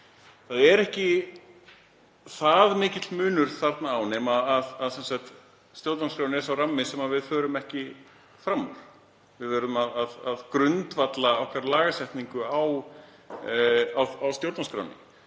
Það er ekki það mikill munur þarna á nema að stjórnarskráin er sá rammi sem við förum ekki fram úr. Við verðum að grundvalla lagasetningu okkar á stjórnarskránni.